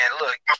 look